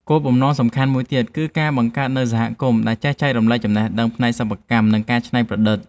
គោលបំណងសំខាន់មួយទៀតគឺការបង្កើតនូវសហគមន៍ដែលចេះចែករំលែកចំណេះដឹងផ្នែកសិប្បកម្ម និងការច្នៃប្រឌិត។